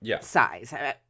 size